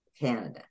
Canada